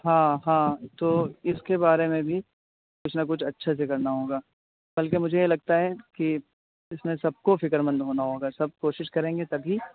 ہاں ہاں تو اس کے بارے میں بھی کچھ نہ کچھ اچھے سے کرنا ہوگا بلکہ مجھے یہ لگتا ہے کہ اس میں سب کو فکرمند ہونا ہوگا سب کوشش کریں گے تبھی